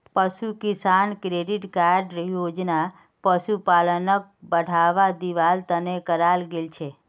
पशु किसान credit card योजना पशुपालनक बढ़ावा दिवार तने कराल गेल छे